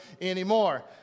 anymore